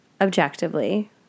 objectively